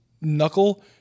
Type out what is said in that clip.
knuckle